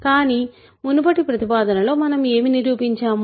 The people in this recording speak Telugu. కాని మునుపటి ప్రతిపాదనలో మనం ఏమి నిరూపించాము